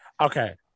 Okay